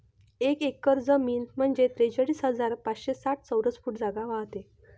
एक एकर जमीन म्हंजे त्रेचाळीस हजार पाचशे साठ चौरस फूट जागा व्हते